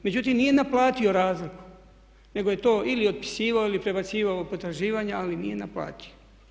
Međutim, nije naplatio razliku nego je to ili otpisivao ili prebacivao u potraživanja ali nije naplatio.